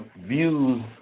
views